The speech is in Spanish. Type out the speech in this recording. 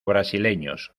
brasileños